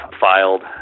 filed